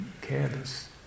careless